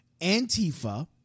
Antifa